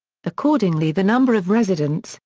accordingly the number of residents,